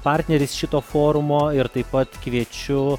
partneris šito forumo ir taip pat kviečiu